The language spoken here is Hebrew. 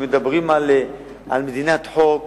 וכשמדברים על מדינת חוק